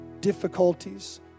difficulties